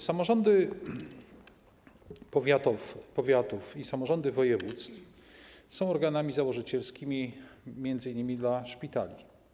Samorządy powiatów i samorządy województw są organami założycielskimi m.in. dla szpitali.